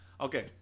Okay